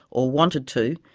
or wanted to,